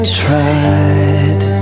tried